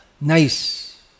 nice